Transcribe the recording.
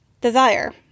Desire